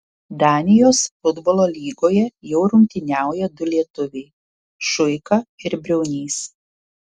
danijos futbolo lygoje jau rungtyniauja du lietuviai šuika ir briaunys